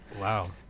Wow